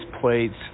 plates